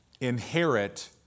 inherit